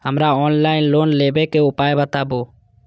हमरा offline loan लेबे के उपाय बतबु?